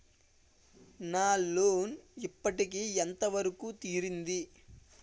నా లోన్ ఇప్పటి వరకూ ఎంత తీరింది?